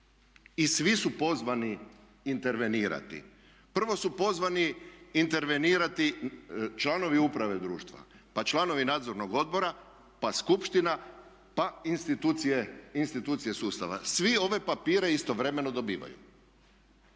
i svi su pozvani intervenirati. Prvo su pozvani intervenirati članovi uprave društva, pa članovi nadzornog odbora, pa skupština pa institucije sustava. Svi ove papire istovremeno dobivaju.